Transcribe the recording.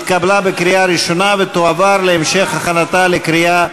התקבלה בקריאה ראשונה ותועבר להמשך הכנתה לקריאה,